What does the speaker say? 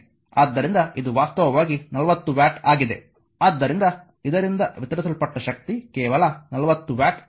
ಆದ್ದರಿಂದ ಇದು ವಾಸ್ತವವಾಗಿ 40 ವ್ಯಾಟ್ ಆಗಿದೆ ಆದ್ದರಿಂದ ಇದರಿಂದ ವಿತರಿಸಲ್ಪಟ್ಟ ಶಕ್ತಿ ಕೇವಲ 40 ವ್ಯಾಟ್ ಆಗಿದೆ